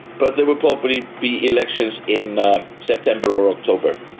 but there will probably be elections in september or october.